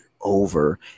over